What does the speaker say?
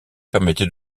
permettait